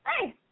hey